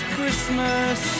Christmas